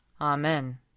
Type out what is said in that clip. Amen